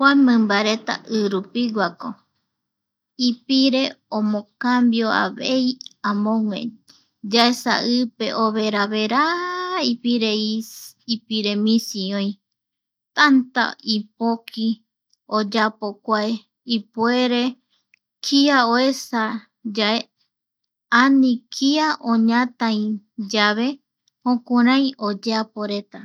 Kua mimbareta i rupiguako ipire omocambio avei añogue, yaesa i pe overaveraaa ipire misi oï reta, tanta ipoki oyapo kua. ipuere kia oesa yae ani kia oñatai yave jokurai oyeaporeta.